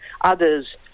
others